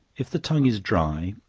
if the tongue is dry,